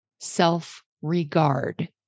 self-regard